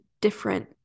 different